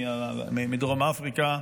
מדרום אפריקה,